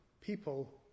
people